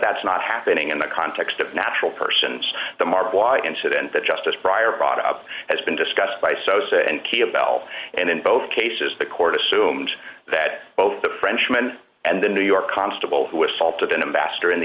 that's not happening in the context of natural persons the mark why incident that justice prior brought up has been discussed by sosa and key a bell and in both cases the court assumes that both the frenchman and the new york constable who assaulted an investor in the